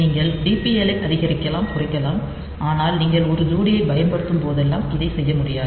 நீங்கள் டிபிஎல்லை அதிகரிக்கலாம் குறைக்கலாம் ஆனால் நீங்கள் ஒரு ஜோடியைப் பயன்படுத்தும் போதெல்லாம் இதை செய்ய முடியாது